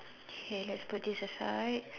okay let's put this aside